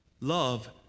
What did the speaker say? Love